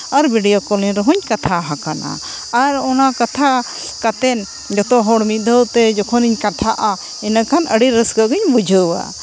ᱟᱨ video calling ᱨᱮᱦᱩᱧ ᱠᱟᱛᱷᱟ ᱦᱟᱠᱟᱱᱟ ᱟᱨ ᱚᱱᱟ ᱠᱟᱛᱷᱟ ᱠᱟᱛᱮᱫ ᱡᱚᱛᱚ ᱦᱚᱲ ᱢᱤᱫ ᱫᱷᱟᱣ ᱛᱮ ᱡᱚᱠᱷᱚᱱᱤᱧ ᱠᱟᱛᱷᱟᱜᱼᱟ ᱤᱱᱟᱹ ᱠᱷᱟᱱ ᱟᱹᱰᱤ ᱨᱟᱹᱥᱠᱟᱹ ᱜᱤᱧ ᱵᱩᱡᱷᱟᱹᱣᱟ